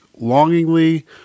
longingly